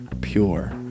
pure